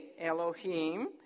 Elohim